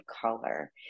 color